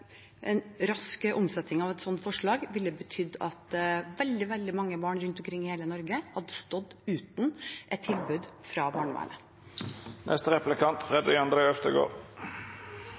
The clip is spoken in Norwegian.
en rask omsetting av forslaget ville betydd at veldig mange barn rundt omkring i hele Norge hadde stått uten et tilbud fra